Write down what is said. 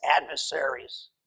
adversaries